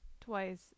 twice